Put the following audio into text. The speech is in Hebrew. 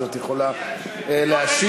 אז את יכולה להשיב.